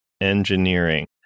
engineering